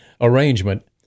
arrangement